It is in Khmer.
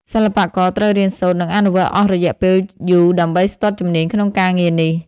សិល្បករត្រូវរៀនសូត្រ និងអនុវត្តអស់រយៈពេលយូរដើម្បីស្ទាត់ជំនាញក្នុងការងារនេះ។